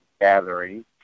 gathering